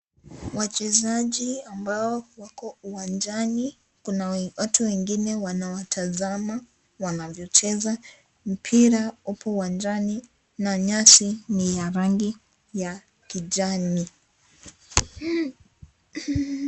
Wachezaji ambao wako uanjani. Kuna watu wengine wanawatazama, wanavyochezza. Mpira upo uanjani na nyasi ni ya rangi ya kijani.